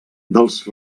dels